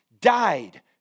died